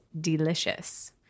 delicious